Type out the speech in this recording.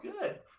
Good